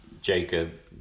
Jacob